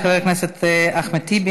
תודה לחבר הכנסת אחמד טיבי.